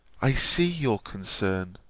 i see your concern!